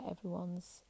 everyone's